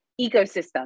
ecosystem